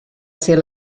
ser